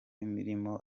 irimo